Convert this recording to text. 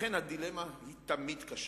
אכן הדילמה היא תמיד קשה.